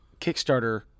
Kickstarter